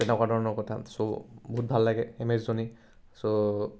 তেনেকুৱা ধৰণৰ কথা চ' বহুত ভাল লাগে এম এছ ধনী ছ'